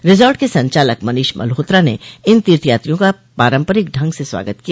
resort के संचालक मनीष मल्होत्रा ने इन तीर्थ यात्रियों का पारम्परिक ढंग से स्वागत किया